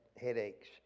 headaches